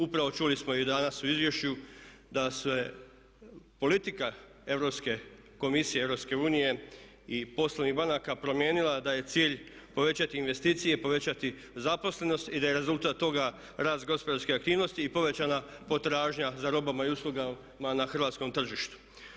Upravo čuli smo i danas u izvješću da se politika Europske komisije, Europske unije i poslovnih banaka promijenila, da je cilj povećati investicije i povećati zaposlenost i da je rezultat toga rast gospodarske aktivnosti i povećana potražnja za robama i uslugama na hrvatskom tržištu.